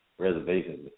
Reservations